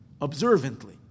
observantly